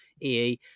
EE